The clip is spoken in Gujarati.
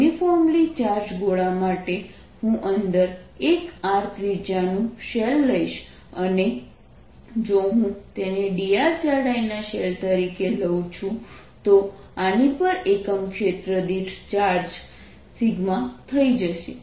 યુનિફોર્મલી ચાર્જ ગોળા માટે હું અંદર એક r ત્રિજ્યાનું શેલ લઈશ અને જો હું તેને dr જાડાઈના શેલ તરીકે જાઉં છું તો આની પર એકમ ક્ષેત્ર દીઠ ચાર્જ થઈ જશે